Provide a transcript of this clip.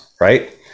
right